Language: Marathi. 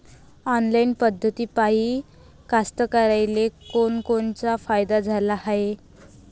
ऑनलाईन पद्धतीपायी कास्तकाराइले कोनकोनचा फायदा झाला हाये?